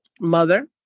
mother